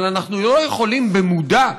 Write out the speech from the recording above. אבל אנחנו לא יכולים במודע,